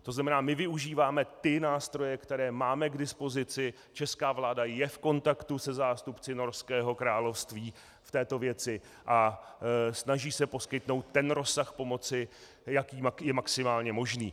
To znamená, my využíváme ty nástroje, které máme k dispozici, česká vláda je v kontaktu se zástupci Norského království v této věci a snaží se poskytnout ten rozsah pomoci, jaký je maximálně možný.